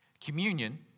Communion